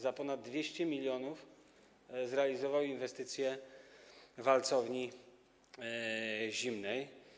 Za ponad 200 mln zrealizował inwestycję walcowni zimnej.